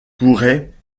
pourrait